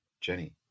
Jenny